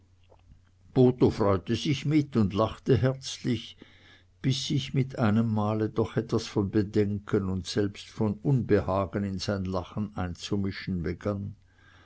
botho freute sich mit und lachte herzlich bis sich mit einem male doch etwas von bedenken und selbst von unbehagen in sein lachen einzumischen begann